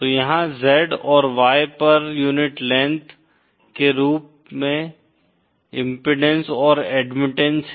तो यहाँ Z और Y पर यूनिट लेंथ के रूप में इम्पीडेन्सेस और एडमिटनेस हैं